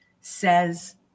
says